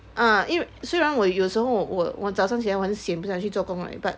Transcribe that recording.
uh 因为虽然我有时候我我早上起来我很 sian 不想去做工 right but